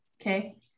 Okay